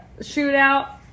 Shootout